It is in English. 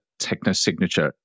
technosignature